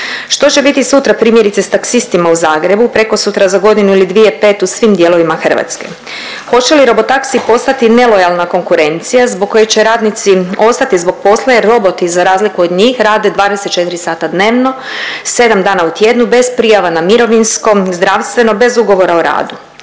Što će biti sutra primjerice s taksistima u Zagrebu, prekosutra, za godinu ili dvije, pet u svim dijelovima Hrvatske? Hoće li robo taksiji postati nelojalna konkurencija zbog koje će radnici ostati zbog posla jer roboti za razliku od njih rade 24 sata dnevno 7 dana u tjednu bez prijava na mirovinsko, zdravstveno, bez ugovora o radu.